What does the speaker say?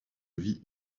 vit